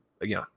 again